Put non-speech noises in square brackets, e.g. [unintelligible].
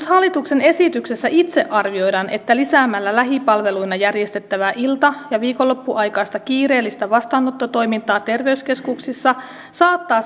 [unintelligible] hallituksen esityksessä myös itse arvioidaan että jos lisätään lähipalveluina järjestettävää ilta ja viikonloppuaikaista kiireellistä vastaanottotoimintaa terveyskeskuksissa saattaa [unintelligible]